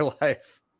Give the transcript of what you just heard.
life